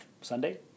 Sunday